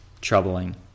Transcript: troubling